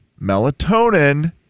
melatonin